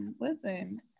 listen